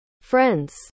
friends